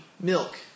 Milk